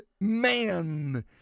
man